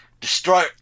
destroy